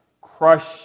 crush